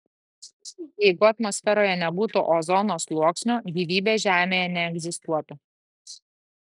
jeigu atmosferoje nebūtų ozono sluoksnio gyvybė žemėje neegzistuotų